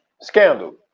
scandal